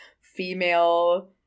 female-